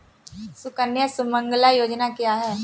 सुकन्या सुमंगला योजना क्या है?